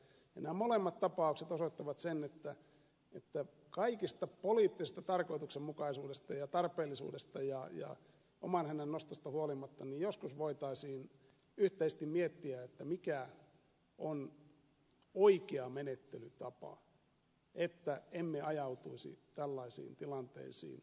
nämä molemmat tapaukset osoittavat sen että kaikesta poliittisesta tarkoituksenmukaisuudesta ja tarpeellisuudesta ja oman hännän nostosta huolimatta joskus voitaisiin yhteisesti miettiä mikä on oikea menettelytapa että emme ajautuisi tällaisiin tilanteisiin